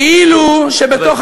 הממשלה, כאילו בתוך